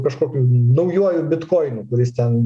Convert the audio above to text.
kažkokiu naujuoju bitkoinu kuris ten